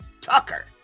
Tucker